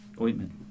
ointment